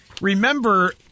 Remember